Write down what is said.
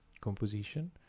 composition